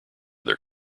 their